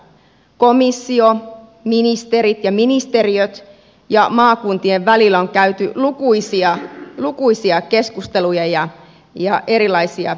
komission ministereiden ja ministeriöiden ja maakuntien välillä on käyty lukuisia keskusteluja ja erilaisia miitinkejä